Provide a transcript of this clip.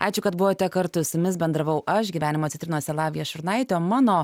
ačiū kad buvote kartu su jumis bendravau aš gyvenimo citrinose lavija šurnaitė o mano